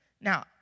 Now